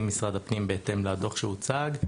אם משרד הפנים בהתאם לדו"ח שהוצג,